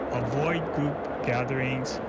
avoid group gatherings,